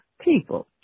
people